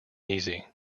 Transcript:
easy